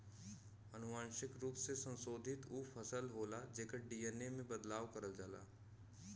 अनुवांशिक रूप से संशोधित उ फसल होला जेकर डी.एन.ए में बदलाव करल जाला